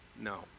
No